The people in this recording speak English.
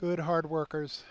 good hard workers